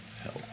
help